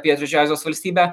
pietryčių azijos valstybę